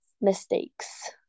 mistakes